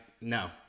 no